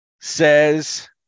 says